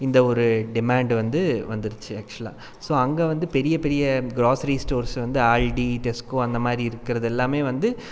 இந்த ஒரு டிமேண்டு வந்து வந்துருச்சு ஆக்சுவலாக ஸோ அங்கே வந்து பெரிய பெரிய கிராஸரி ஸ்டோர்ஸ் வந்து ஆல்டி டெஸ்க்கோ அந்தமாதிரி இருக்கிறது எல்லாமே வந்து